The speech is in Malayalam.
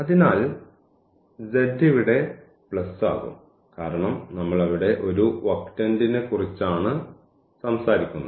അതിനാൽ z ഇവിടെ പ്ലസ് ആകും കാരണം ഞങ്ങൾ അവിടെ ഒരു ഒക്ടന്റിനെക്കുറിച്ചാണ് സംസാരിക്കുന്നത്